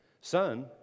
son